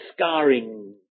scarring